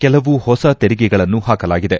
ಕೆಲವು ಹೊಸ ತೆರಿಗೆಗಳನ್ನು ಹಾಕಲಾಗಿದೆ